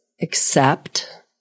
accept